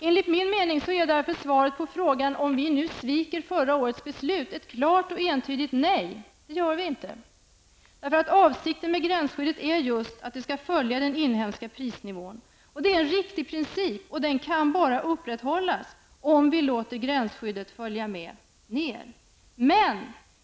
Enligt min mening är därför svaret på frågan om vi sviker förra årets beslut ett klart och entydigt nej. Det gör vi inte. Avsikten med gränsskyddet är just att priserna skall följa den inhemska prisnivån. Det är en riktig princip som bara kan upprätthållas om vi tillåter gränsskyddet att följa med nedåt.